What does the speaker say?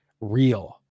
real